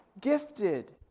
gifted